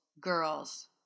girls